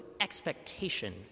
expectation